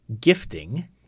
gifting